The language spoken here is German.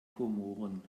komoren